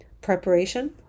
Preparation